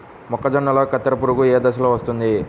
మొక్కజొన్నలో కత్తెర పురుగు ఏ దశలో వస్తుంది?